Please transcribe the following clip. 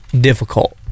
difficult